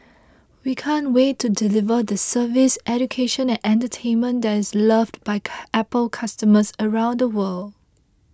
we can't wait to deliver the service education and entertainment that is loved by Apple customers around the world